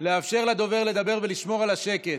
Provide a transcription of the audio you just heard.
לאפשר לדובר לדבר ולשמור על השקט,